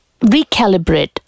Recalibrate